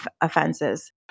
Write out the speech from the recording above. offenses